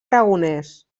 aragonès